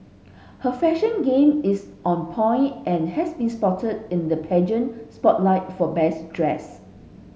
her fashion game is on point and has been spotted in the pageant spotlight for best dressed